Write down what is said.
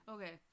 Okay